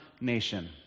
nation